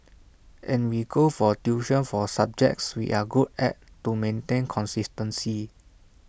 and we go for tuition for subjects we are good at to maintain consistency